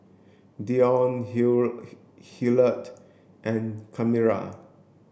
Deon Hillard and Kamari